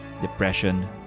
Depression